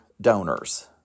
donors